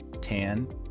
tan